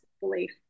belief